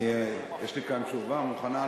יש לי כאן תשובה מוכנה,